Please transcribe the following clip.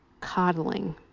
coddling